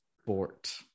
sport